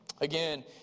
Again